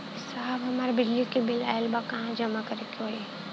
साहब हमार बिजली क बिल ऑयल बा कहाँ जमा करेके होइ?